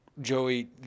Joey